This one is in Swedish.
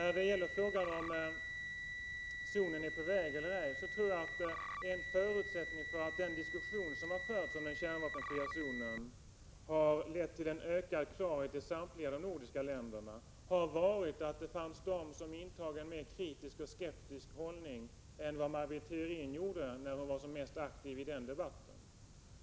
I vad avser frågan om zonen är på väg eller ej tror jag att en förutsättning för att den diskussion som förts om den kärnvapenfria zonen har kunnat leda till en ökad klarhet i samtliga de nordiska länderna har varit att det funnits personer som intagit en mera kritisk och skeptisk hållning än vad Maj Britt Theorin gjorde när hon var som mest aktiv i den debatten.